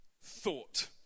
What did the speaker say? thought